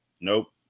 nope